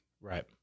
Right